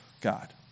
God